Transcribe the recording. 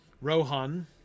Rohan